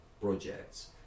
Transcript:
projects